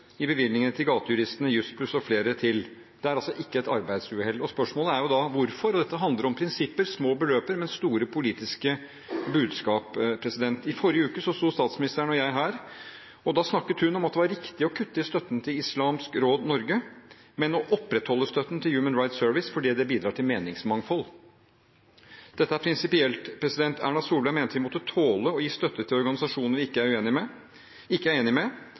i bevilgningene til Gatejuristen, Jussbuss og flere til, det er altså ikke et arbeidsuhell, og spørsmålet er da hvorfor. Dette handler om prinsipper. Det er små beløp, men store politiske budskap. I forrige uke sto statsministeren og jeg her, og da snakket hun om at det var riktig å kutte i støtten til Islamsk Råd Norge, men å opprettholde støtten til Human Rights Service fordi det bidrar til meningsmangfold. Dette er prinsipielt. Erna Solberg mente vi måtte tåle å gi støtte til organisasjoner vi ikke er enige med. Med andre ord: Human Rights Service skal få støtte til å bidra til meningsmangfold – med